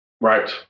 Right